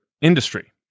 industry